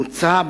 מוצע,